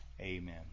Amen